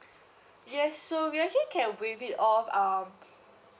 yes so we actually can waive it off um